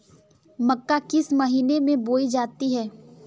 मक्का किस महीने में बोई जाती है?